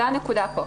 זו הנקודה פה.